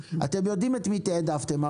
אתם יודעים את מי תעדפתם.